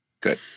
Good